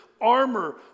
armor